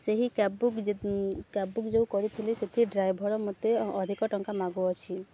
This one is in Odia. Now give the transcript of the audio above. ସେହି କ୍ୟାବ୍ ବୁକ୍ ଯେ କ୍ୟାବ୍ ବୁକ୍ ଯେଉଁ କରିଥିଲି ସେଥି ଡ୍ରାଇଭର୍ ମୋତେ ଅଧିକ ଟଙ୍କା ମାଗୁଅଛି